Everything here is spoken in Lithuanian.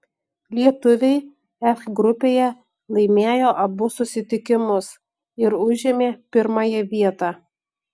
lietuviai f grupėje laimėjo abu susitikimus ir užėmė pirmąją vietą